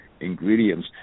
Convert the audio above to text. ingredients